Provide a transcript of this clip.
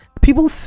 People